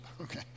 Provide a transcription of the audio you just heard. okay